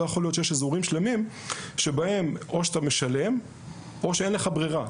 לא יכול להיות שיש אזורים שלמים שבהם או שאתה משלם או שאין לך ברירה.